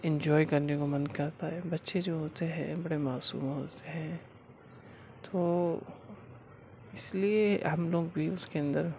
enjoy کرنے کو من کرتا ہے بچے جو ہوتے ہیں برے معصوم ہوتے ہیں تو اس لیے ہم لوگ بھی اس کے اندر